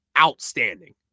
Outstanding